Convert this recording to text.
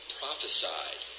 prophesied